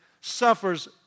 suffers